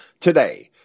Today